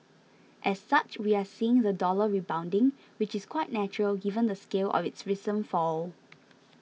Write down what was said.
as such we are seeing the dollar rebounding which is quite natural given the scale of its recent fall